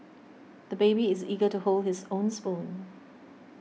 the baby is eager to hold his own spoon